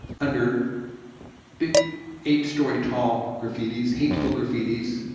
under big eight story tall graffitis, hateful graffitis,